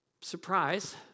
surprise